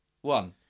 one